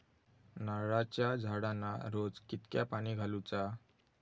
नारळाचा झाडांना रोज कितक्या पाणी घालुचा?